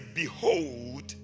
behold